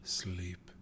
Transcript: sleep